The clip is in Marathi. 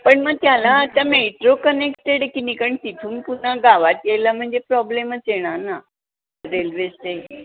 पण मग त्याला आता मेट्रो कनेक्टेड आहे की नाही कारण तिथून पुन्हा गावात यायला म्हणजे प्रॉब्लेमच येणार ना रेल्वे स्टे